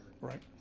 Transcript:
Right